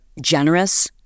generous